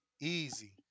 Easy